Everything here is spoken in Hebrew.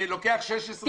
לוקח 16 שעות,